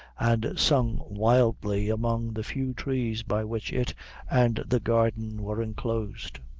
and sung wildly among the few trees by which it and the garden were enclosed.